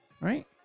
Right